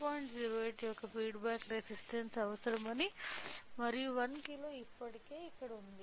08 యొక్క feedback resistance అవసరమని మరియు 1 కిలో ఇప్పటికే ఇక్కడ ఉంది